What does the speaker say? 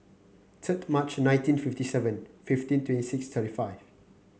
third March nineteen fifty seven fifteen twenty six thirty five